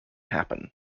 happen